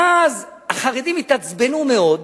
ואז החרדים יתעצבנו מאוד,